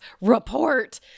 report